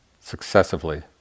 successively